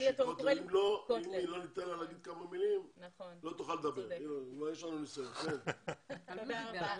פה בוועדה הזאת, אדוני היושב-ראש,